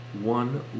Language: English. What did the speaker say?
one